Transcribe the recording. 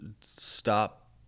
stop